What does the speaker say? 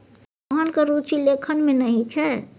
मोहनक रुचि लेखन मे नहि छै